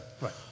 Right